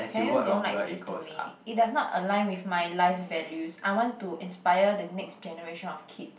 can you don't like this to me it does not align with my life values I want to inspire the next generation of kids